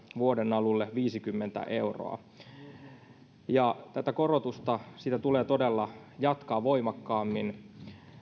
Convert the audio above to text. vuoden alulle viisikymmentä euroa tätä korotusta tulee todella jatkaa voimakkaammin